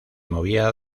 movía